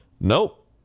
Nope